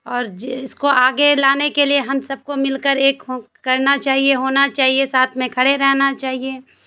اور جس کو آگے لانے کے لیے ہم سب کو مل کر ایک کرنا چاہیے ہونا چاہیے ساتھ میں کھڑے رہنا چاہیے